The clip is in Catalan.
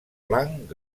blanc